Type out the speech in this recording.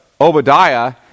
Obadiah